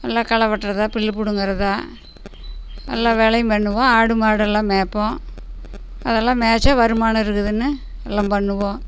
நல்லா களை வெட்டுறதா புல்லு பிடுங்குறதா எல்லா வேலையும் பண்ணுவோம் ஆடு மாடு எல்லாம் மேய்ப்போம் அது எல்லாம் மேய்ச்சா வருமானம் இருக்குதுன்னு எல்லாம் பண்ணுவோம்